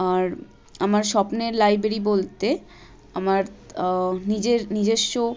আর আমার স্বপ্নের লাইব্রেরি বলতে আমার নিজের নিজস্ব